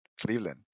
Cleveland